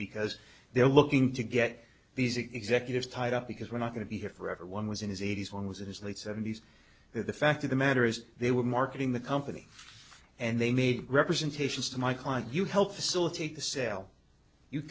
because they are looking to get these executives tied up because we're not going to be here forever one was in his eighty's one was in his late seventy's the fact of the matter is they were marketing the company and they made representations to my client you helped facilitate the sale you